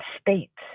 states